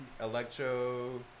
electro